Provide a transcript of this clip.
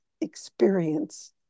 experience